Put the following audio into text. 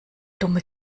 dumme